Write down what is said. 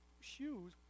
Shoes